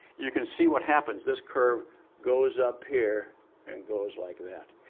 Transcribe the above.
you can see what happens. this curve goes up here and goes like that.